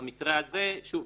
ובמקרה הזה שוב,